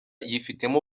yifitemo